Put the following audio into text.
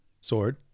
Sword